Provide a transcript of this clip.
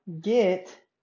get